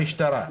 למשטרה,